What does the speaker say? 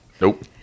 Nope